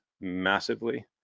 massively